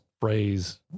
phrase